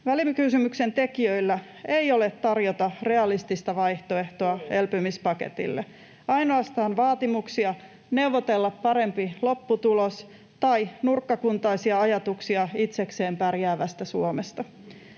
Välikysymyksen tekijöillä ei ole tarjota realistista vaihtoehtoa elpymispaketille, ainoastaan vaatimuksia neuvotella parempi lopputulos tai nurkkakuntaisia ajatuksia itsekseen pärjäävästä Suomesta.